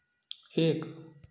एक